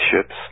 ships